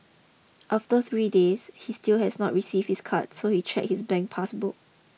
after three days he still has not received his card so he check his bank pass book